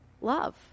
love